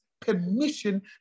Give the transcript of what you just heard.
permission